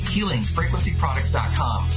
HealingFrequencyProducts.com